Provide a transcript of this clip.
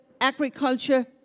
agriculture